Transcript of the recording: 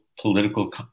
political